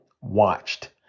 watched